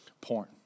porn